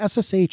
SSH